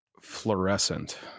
Fluorescent